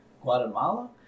Guatemala